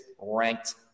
ranked